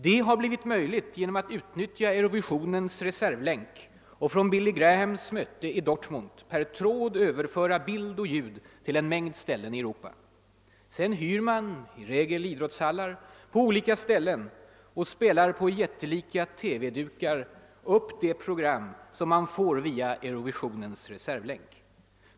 Det har blivit möjligt genom att utnyttja Eurovisionens reservlänk och från Billy Grahams möte i Dortmund per tråd överföra bild och ljud till en mängd ställen i Europa. Sedan hyr man lokaler — i regel idrottshallar — på olika ställen och spelar på jättelika TV dukar upp det program man får via Eurovisionens reservlänk.